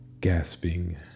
gasping